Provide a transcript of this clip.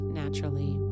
naturally